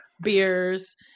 beers